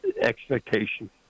expectation